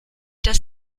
dass